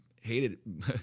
hated